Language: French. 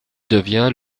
devient